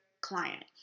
client